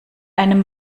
einem